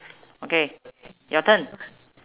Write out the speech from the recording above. okay your turn